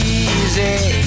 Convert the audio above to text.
easy